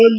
L